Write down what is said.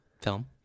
film